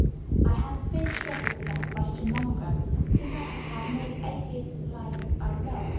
i had a fierce struggle with that question long ago since i have had nearly eight years of life i love,